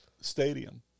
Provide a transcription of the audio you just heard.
stadium